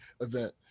event